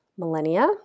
millennia